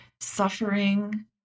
Suffering